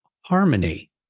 harmony